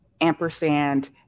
ampersand